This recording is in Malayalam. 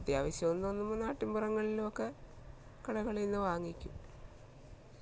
അത്യാവശ്യമെന്ന് തോന്നുമ്പോൾ നാട്ടിൻപുറങ്ങളിലുമൊക്കെ കടകളിൽനിന്ന് വാങ്ങിക്കും